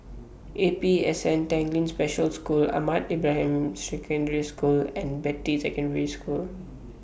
A P S N Tanglin Special School Ahmad Ibrahim Ban Secondary School and Beatty Secondary School